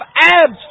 abs